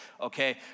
okay